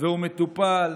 והוא מטופל,